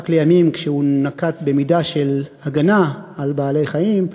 רק לימים, כשהוא נקט מידה של הגנה על בעלי-חיים,